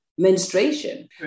menstruation